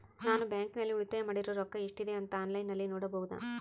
ನಾನು ಬ್ಯಾಂಕಿನಲ್ಲಿ ಉಳಿತಾಯ ಮಾಡಿರೋ ರೊಕ್ಕ ಎಷ್ಟಿದೆ ಅಂತಾ ಆನ್ಲೈನಿನಲ್ಲಿ ನೋಡಬಹುದಾ?